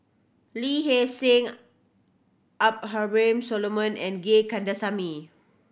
Lee Hee Seng Abraham Solomon and Gay Kandasamy